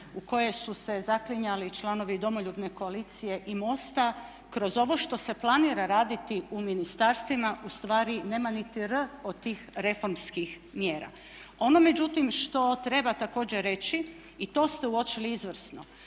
u koje su se zaklinjali članovi Domoljubne koalicije i MOST-a kroz ovo što se planira raditi u ministarstvima u stvari nema niti "r" od tih reformskih mjera. Ono međutim što treba također reći i to ste uočili izvrsno,